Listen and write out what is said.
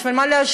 בשביל מה להשקיע?